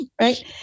right